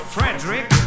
Frederick